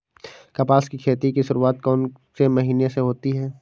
कपास की खेती की शुरुआत कौन से महीने से होती है?